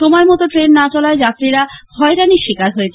সময়মতো ট্রেন না চলায় যাত্রীরা হয়রানির শিকার হয়েছেন